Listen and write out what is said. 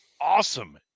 awesome